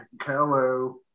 Hello